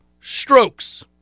Strokes